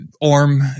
Orm